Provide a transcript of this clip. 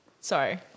Sorry